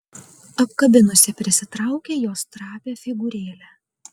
apkabinusi prisitraukė jos trapią figūrėlę